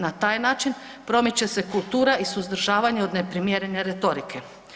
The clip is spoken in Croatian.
Na taj način promiče se kultura i suzdržavanje od neprimjerene retorike.